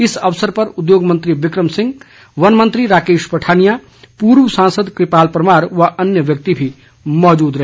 इस अवसर पर उद्योग मंत्री विक्रम सिंह वनमंत्री राकेश पठानिया पूर्व सांसद कृपाल परमार व अन्य व्यक्ति भी मौजूद रहे